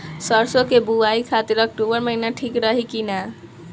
सरसों की बुवाई खाती अक्टूबर महीना ठीक रही की ना?